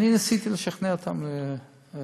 אני ניסיתי לשכנע אותם להישאר,